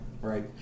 right